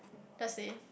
just say